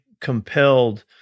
compelled